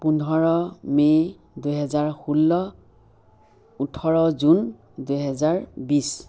পোন্ধৰ মে দুহেজাৰ ষোল্ল ওঠৰ জুন দুহেজাৰ বিছ